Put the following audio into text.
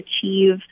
achieve